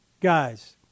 guys